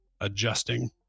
adjusting